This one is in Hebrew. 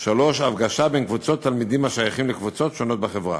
3. הפגשת קבוצות תלמידים השייכים לקבוצות שונות בחברה.